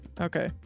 Okay